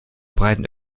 breiten